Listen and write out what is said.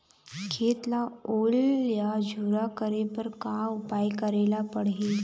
खेत ला ओल या झुरा करे बर का उपाय करेला पड़ही?